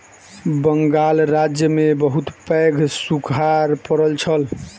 बंगाल राज्य में बहुत पैघ सूखाड़ पड़ल छल